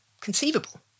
conceivable